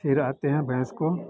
फिर आते हैं भैँस को